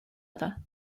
other